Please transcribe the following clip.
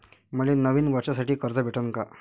मले नवीन वर्षासाठी कर्ज भेटन का?